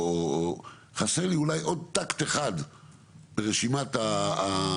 או חסר לי אולי עוד טקט אחד ברשימת הדברים,